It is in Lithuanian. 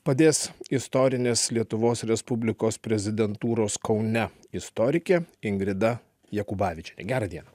padės istorinės lietuvos respublikos prezidentūros kaune istorikė ingrida jakubavičienė gerą dieną